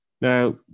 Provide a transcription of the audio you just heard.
Now